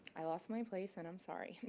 i lost my place and i'm sorry,